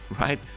right